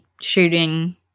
shooting